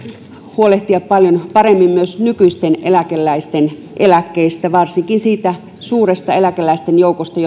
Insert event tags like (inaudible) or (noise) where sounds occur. huolehtia paljon paremmin myös nykyisten eläkeläisten eläkkeistä varsinkin siitä suuresta eläkeläisten joukosta (unintelligible)